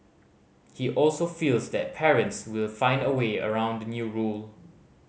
he also feels that parents will find a way around the new rule